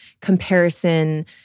comparison